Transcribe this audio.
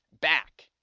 back